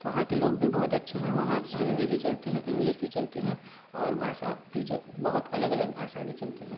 तो वहाँ के लोग भी बहुत अच्छे हैं वहाँ हिन्दी भी चलती है इंग्लिस भी चलती है और भाषा भी च बहुत अलग अलग भाषा भी चलती है